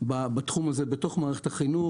על מנת לממש את הרצון שלנו לחנך את התלמידים להתנהלות